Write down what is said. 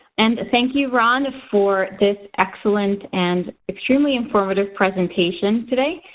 and thank you ron for this excellent and truly informative presentation today.